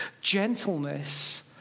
Gentleness